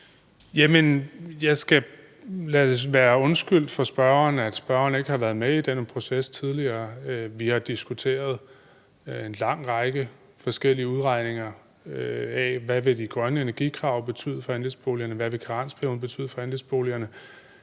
jeg skal undskylde over for spørgeren, at spørgeren ikke har været med i den her proces tidligere. Vi har diskuteret en lang række forskellige udregninger af, hvad de grønne energikrav vil betyde for andelsboligerne, og hvad karensperioden vil betyde for andelsboligerne.